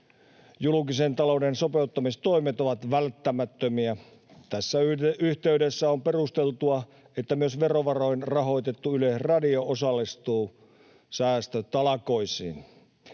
Julkisen talouden sopeuttamistoimet ovat välttämättömiä, ja tässä yhteydessä on perusteltua, että myös verovaroin rahoitettu Yleisradio osallistuu säästötalkoisiin.